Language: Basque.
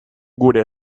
gure